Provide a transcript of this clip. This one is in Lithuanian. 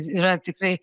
yra tikrai